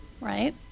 right